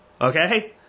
Okay